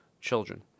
children